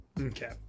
Okay